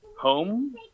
home